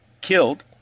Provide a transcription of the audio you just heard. killed